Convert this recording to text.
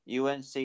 unc